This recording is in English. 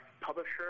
publisher